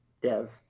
dev